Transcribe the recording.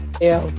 ew